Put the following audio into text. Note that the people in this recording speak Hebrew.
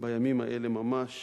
בימים האלה ממש